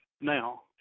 now